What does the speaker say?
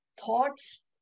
thoughts